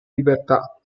libertà